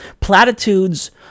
platitudes